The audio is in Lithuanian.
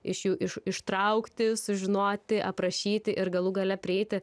iš jų iš ištraukti sužinoti aprašyti ir galų gale prieiti